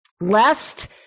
Lest